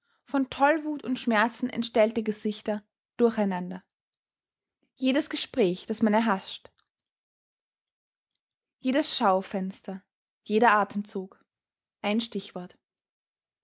von tollwut und schmerzen entstellte gesichter durcheinander jedes gespräch das man erhascht jedes schaufenster jeder atemzug ein stichwort